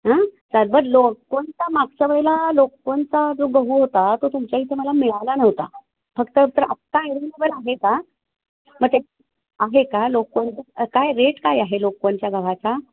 हां कोणता मागच्या वेळेला लोकवनचा जो गहू होता तो तुमच्या इथं मला मिळाला नव्हता फक्त तर आत्ता ॲवेलेबल आहे का मग ते आहे का लोकवनचा काय रेट काय आहे लोकवनच्या गव्हाचा